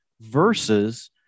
versus